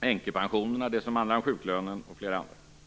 änkepensionerna, sjuklönen och flera andra.